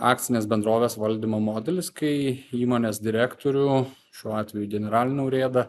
akcinės bendrovės valdymo modelis kai įmonės direktorių šiuo atveju generalinį urėdą